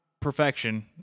perfection